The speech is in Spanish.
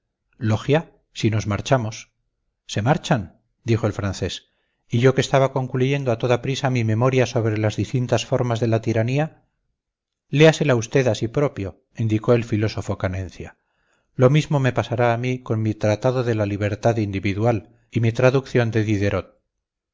logia si nos marchamos se marchan dijo el francés y yo que estaba concluyendo a toda prisa mi memoria sobre las distintasformas de la tiranía léasela usted a sí propio indicó el filósofo canencia lo mismo me pasará a mí con mi tratado de la libertad individual y mi traducción de diderot